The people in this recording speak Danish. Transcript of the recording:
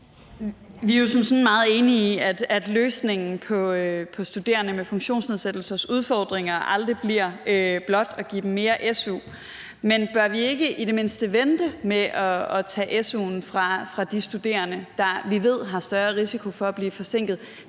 sådan meget enige i, at løsningen på studerende med funktionsnedsættelsers udfordringer aldrig bliver blot at give dem mere su. Men bør vi ikke i det mindste vente med at tage su'en fra de studerende, vi ved har større risiko for at blive forsinket,